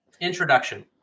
Introduction